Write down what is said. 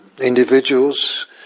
Individuals